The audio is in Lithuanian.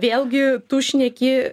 vėlgi tu šneki